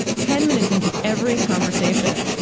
ten minutes into every conversation,